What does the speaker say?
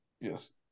Yes